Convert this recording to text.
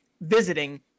visiting